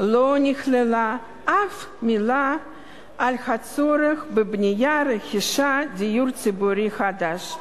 לא נכללה אף מלה על הצורך בבניית או ברכישת דיור ציבורי חדש.